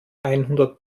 einhundert